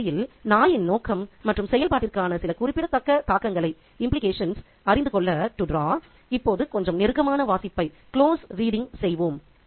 இந்த கதையில் நாயின் நோக்கம் மற்றும் செயல்பாட்டிற்கான சில குறிப்பிடத்தக்க தாக்கங்களை அறிந்துகொள்ள இப்போது கொஞ்சம் நெருக்கமான வாசிப்பை செய்வோம்